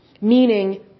meaning